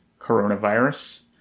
coronavirus